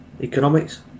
Economics